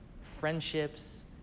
friendships